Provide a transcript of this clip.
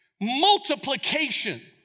multiplication